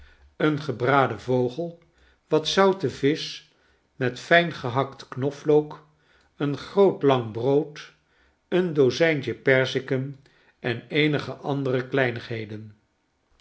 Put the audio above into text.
een gebraden vogel wat zoutevisch met fijngehakt knoflook een groot lang brood een dozijntje perziken en eenige andere kleinigheden